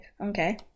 Okay